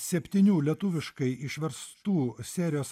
septynių lietuviškai išverstų serijos